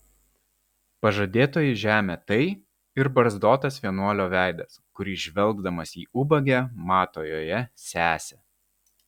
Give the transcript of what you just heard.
pažadėtoji žemė tai ir barzdotas vienuolio veidas kuris žvelgdamas į ubagę mato joje sesę